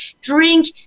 Drink